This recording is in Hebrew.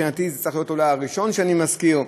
ומבחינתי זה אולי צריך להיות הראשון שאני מזכיר,